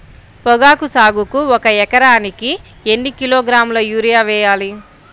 పొగాకు సాగుకు ఒక ఎకరానికి ఎన్ని కిలోగ్రాముల యూరియా వేయాలి?